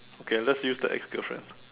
okay let's use the ex girlfriend